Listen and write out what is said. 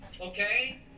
okay